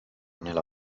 nella